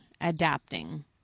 adapting